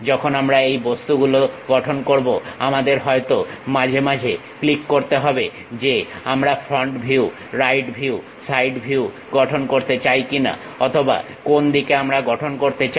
যখন আমরা এই বস্তুগুলো গঠন করবো আমাদের হয়তো মাঝে মাঝে ক্লিক করতে হবে যে আমরা front view right view side view গঠন করতে চাই কি না অথবা কোন দিকে আমরা গঠন করতে চাই